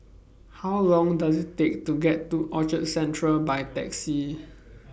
How Long Does IT Take to get to Orchard Central By Taxi